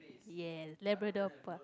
ya Labrador-Park